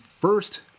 first